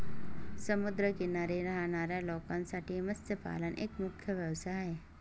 समुद्र किनारी राहणाऱ्या लोकांसाठी मत्स्यपालन एक मुख्य व्यवसाय आहे